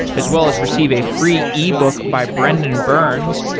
as well as receive a free ebook by brendan burns,